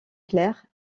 clair